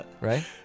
Right